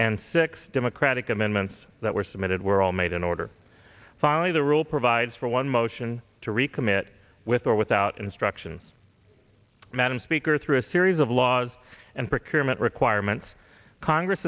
and six democratic amendments that were submitted were all made in order finally the rule provides for one motion to recommit with or without instructions madam speaker through a series of laws and prepare met requirements congress